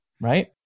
Right